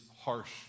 harsh